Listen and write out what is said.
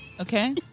Okay